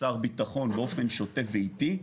שר ביטחון באופן שוטף ואיטי,